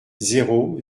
zéro